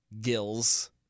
gills